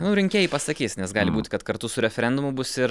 nu rinkėjai pasakys nes gali būti kad kartu su referendumu bus ir